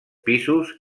pisos